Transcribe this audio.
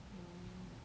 mm